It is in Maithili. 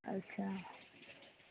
अच्छा